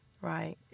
Right